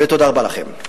ותודה רבה לכם.